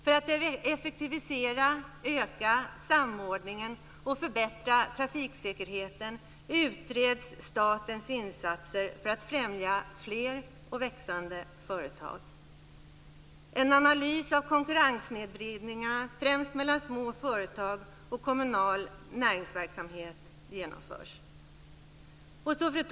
· För att effektivisera, öka samordningen och förbättra träffsäkerheten utreds statens insatser för att främja fler och växande företag. · En analys av konkurrenssnedvridningar, främst mellan små företag och kommunal näringsverksamhet, genomförs. Fru talman!